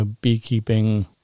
beekeeping